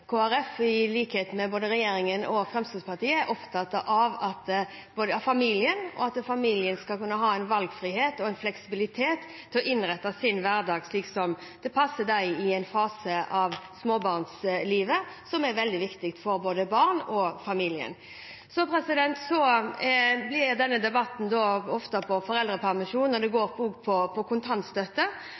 i likhet med både regjeringen og Fremskrittspartiet, er opptatt av familien, og at familien skal kunne ha valgfrihet og fleksibilitet til å innrette hverdagen sin slik som det passer dem i en fase av livet når de har små barn, noe som er veldig viktig for både barna og familien for øvrig. Denne debatten blir ofte om foreldrepermisjon og